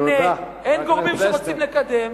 אין גורמים שרוצים לקדם.